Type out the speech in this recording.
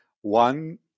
One